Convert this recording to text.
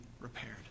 repaired